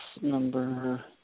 number